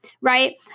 right